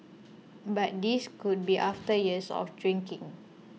but this could be after years of drinking